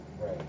Right